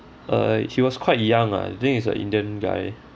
uh he was quite young ah I think is a indian guy